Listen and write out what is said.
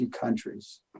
countries